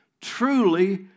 truly